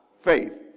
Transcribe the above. faith